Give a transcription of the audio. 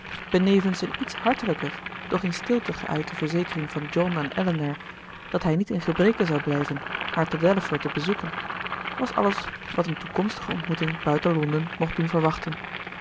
benevens een iets hartelijker doch in stilte geuite verzekering van john aan elinor dat hij niet in gebreke zou blijven haar te delaford te bezoeken was alles wat een toekomstige ontmoeting buiten londen mocht doen verwachten